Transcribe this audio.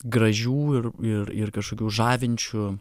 gražių ir ir ir kažkokių žavinčių